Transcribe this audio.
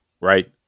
right